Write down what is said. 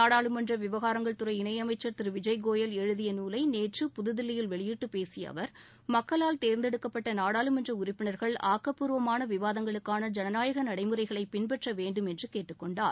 நாடாளுமன்ற விவகாரங்கள் இணையமைச்ன் திரு விஜய்கோயல் எழுதிய நாலை நேற்று புதுதில்லியில் வெளியிட்டு பேசிய அவர் மக்களால் தேர்ந்தெடுக்கப்பட்ட நாடாளுமன்ற உறுப்பினர்கள் ஆக்கப்பூர்வமான விவாதங்களுக்காள ஜனநாயக நடைமுறைகளை பின்பற்ற வேண்டும் என்று கேட்டுக்கொண்டார்